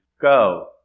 Go